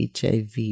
HIV